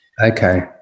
Okay